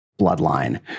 bloodline